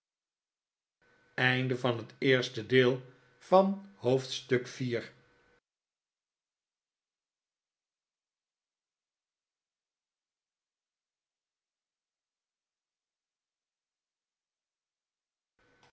oosten van het westen van het